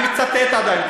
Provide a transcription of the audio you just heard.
אני מצטט עדיין.